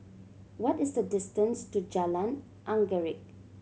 what is the distance to Jalan Anggerek